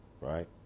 Right